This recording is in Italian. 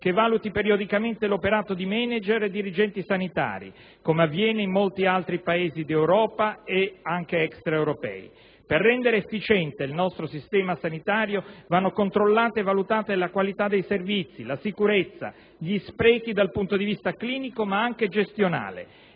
che valuti periodicamente l'operato di *manager* e dirigenti sanitari, come avviene in molti altri Paesi europei ed extraeuropei. Per rendere efficiente il nostro sistema sanitario vanno controllate e valutate la qualità dei servizi, la sicurezza, gli sprechi dal punto di vista clinico, ma anche gestionale.